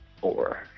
Four